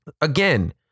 again